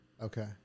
Okay